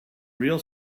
real